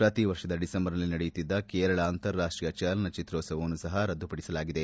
ಪ್ರತಿ ವರ್ಷದ ಡಿಸೆಂಬರ್ನಲ್ಲಿ ನಡೆಯುತ್ತಿದ್ದ ಕೇರಳ ಅಂತಾರಾಷ್ವೀಯ ಚಲನಚಿತ್ರೋತ್ಸವವನ್ನು ಸಪ ರದ್ದಾಗಲಿದೆ